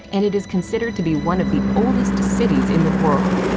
and it is considered to be one of the oldest cities in the world.